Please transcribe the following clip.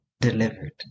delivered